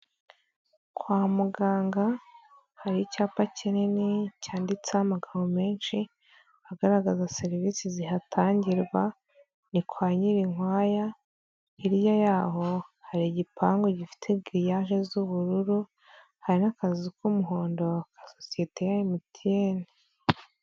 Kwa muganga hari icyapa kinini cyanditseho amagambo menshi agaragaza serivisi zihatangirwa, ni kwa Nyirinkwaya, hirya yaho hari igipangu gifite giriyaje z'ubururu, hari n'akazu k'umuhondo ka sosiyete ya emutiyeni.